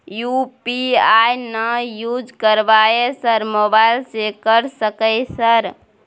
UPI ना use करवाएं sir mobile से कर सके सर?